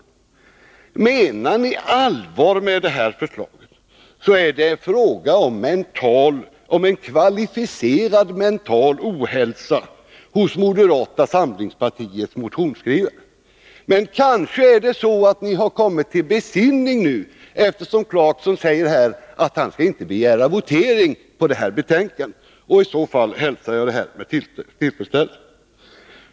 Om ni menar allvar med förslaget, så är det fråga om en kvalificerad okunnighet hos moderata samlingspartiets motionsskrivare. Kanske har ni ändå kommit till besinning, eftersom herr Clarkson säger att han inte skall begära votering i fråga om detta betänkande, och det hälsar jag i så fall med tillfredsställelse.